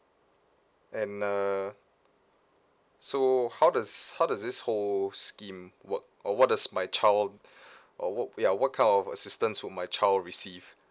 and uh so how does how does this whole scheme work or what does my child or what yeah what kind of assistance would my child receive